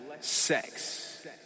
Sex